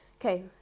okay